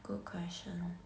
good question